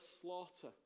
slaughter